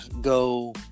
go